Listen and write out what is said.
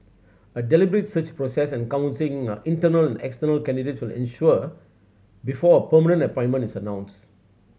a deliberate search process encompassing internal external candidates will ensue before a permanent appointment is announced